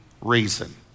reason